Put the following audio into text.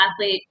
athlete